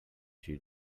she